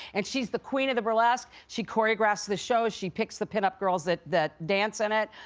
and she's the queen of the burlesque. she choreographs the show, she picks the pinup girls that that dance in it.